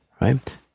right